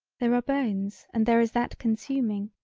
there are bones and there is that consuming.